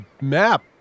map